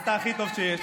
אתה הכי טוב שיש.